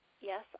Yes